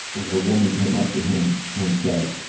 and a woman came up to him and said,